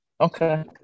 Okay